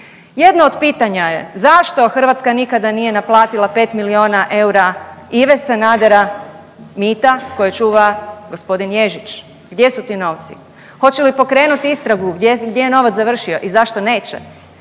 Jedno od pitanja je, zašto Hrvatska nikada nije naplatila 5 milijuna eura Ive Sanadera mita koje čuva g. Ježić, gdje su ti novci, hoće li pokrenuti istragu gdje, gdje je novac završio i zašto neće?